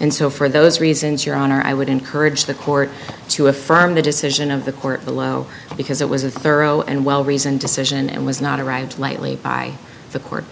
and so for those reasons your honor i would encourage the court to affirm the decision of the court below because it was a thorough and well reasoned decision and was not arrived at lightly by the court